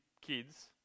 kids